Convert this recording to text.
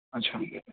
अच्छा